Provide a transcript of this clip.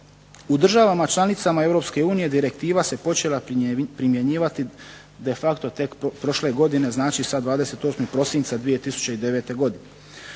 U državama članicama Europske unije direktiva se počela primjenjivati de facto tek prošle godine, znači sa 28. prosinca 2009. godine.